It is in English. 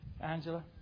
Angela